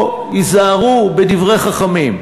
פה, היזהרו בדברי חכמים.